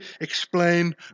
explain